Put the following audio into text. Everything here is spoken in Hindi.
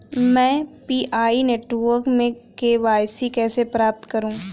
मैं पी.आई नेटवर्क में के.वाई.सी कैसे प्राप्त करूँ?